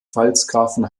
pfalzgrafen